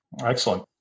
Excellent